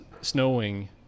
snowing